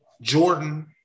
Jordan